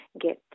get